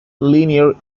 linear